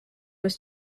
was